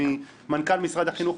ממנכ"ל משרד החינוך,